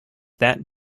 that